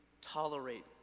tolerate